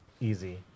easy